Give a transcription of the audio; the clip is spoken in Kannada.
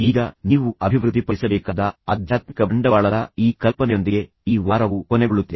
ಈಗ ನೀವು ಅಭಿವೃದ್ಧಿಪಡಿಸಬೇಕಾದ ಆಧ್ಯಾತ್ಮಿಕ ಬಂಡವಾಳದ ಈ ಕಲ್ಪನೆಯೊಂದಿಗೆ ಈ ವಾರವು ಕೊನೆಗೊಳ್ಳುತ್ತಿದೆ